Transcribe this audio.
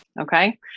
Okay